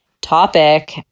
topic